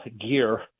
gear